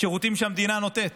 שירותים שהמדינה נותנת.